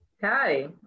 hi